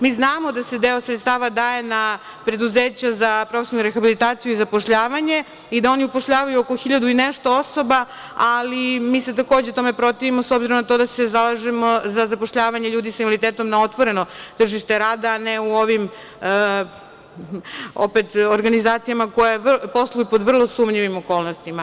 Mi znamo da se deo sredstava daje na preduzeća za profesionalnu rehabilitaciju i zapošljavanje i da oni upošljavaju oko hiljadu i nešto osoba, ali mi se takođe tome protivimo s obzirom na to da se zalažemo za zapošljavanje ljudi sa invaliditetom na otvoreno tržište rada, a ne u ovim opet organizacijama koje posluju po vrlo sumnjivim okolnostima.